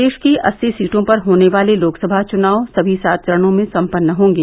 प्रदेष की अस्सी सीटों पर होने वाले लोकसभा चुनाव सभी सात चरणों में सम्पन्न होंगे